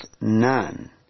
none